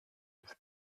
des